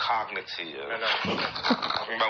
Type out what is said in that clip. Cognitive